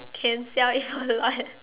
can sell it online